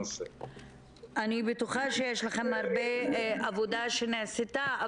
בטוחה שיש לכם הרבה עבודה שנעשתה.